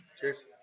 Cheers